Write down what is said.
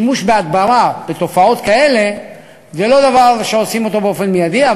שימוש בהדברה בתופעות כאלה זה לא דבר שעושים אותו באופן מיידי.